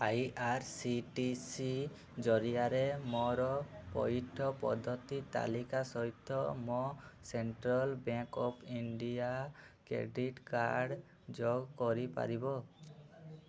I R C T C ଜରିଆରେ ମୋର ପଇଠ ପଦ୍ଧତି ତାଲିକା ସହିତ ମୋ central bank of India credit card ଯୋଗ କରିପାରିବ